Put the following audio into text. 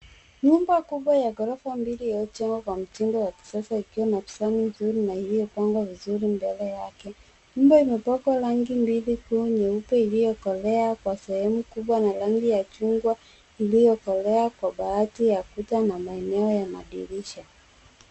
Nyumba kubwa ya ghorofa mbili iliyojengwa kwa mtindo wa kisasa ikiwa na bustani nzuri na iliyopandwa vizuri mbele yake. Nyumba imepakwa rangi mbili kuu, nyeupe iliyokolea kwa sehemu kubwa na rangi ya chungwa iliyokolea kwa baadhi ya kuta na maeneo ya madirisha.